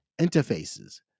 interfaces